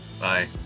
Bye